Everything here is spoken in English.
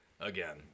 again